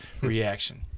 reaction